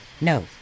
No